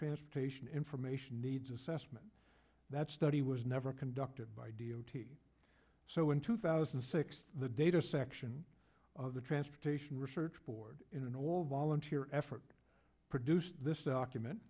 transportation information needs assessment that study was never conducted by d o t so in two thousand and six the data section of the transportation research board in an all volunteer effort produced this document